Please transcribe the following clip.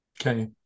Okay